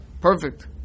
perfect